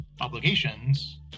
obligations